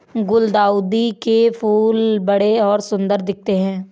गुलदाउदी के फूल बड़े और सुंदर दिखते है